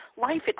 life